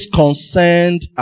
concerned